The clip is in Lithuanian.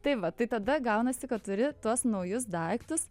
tai va tai tada gaunasi kad turi tuos naujus daiktus